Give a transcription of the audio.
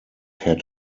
had